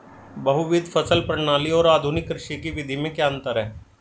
बहुविध फसल प्रणाली और आधुनिक कृषि की विधि में क्या अंतर है?